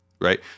right